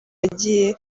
yagiye